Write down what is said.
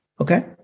Okay